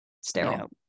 sterile